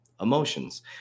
Emotions